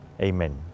Amen